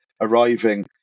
arriving